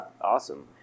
Awesome